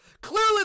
Clearly